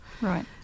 Right